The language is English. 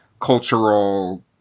cultural